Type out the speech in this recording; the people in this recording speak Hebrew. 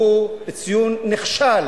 והוא ציון נכשל